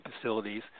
facilities